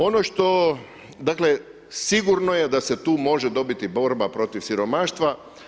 Ono što, dakle sigurno je da se tu može dobiti borba protiv siromaštva.